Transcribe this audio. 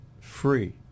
free